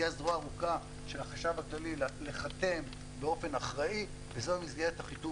היא הזרוע הארוכה של החשב הכללי לחתם באופן אחראי וזו מסגרת החיתום